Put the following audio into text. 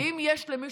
אם יש למישהו,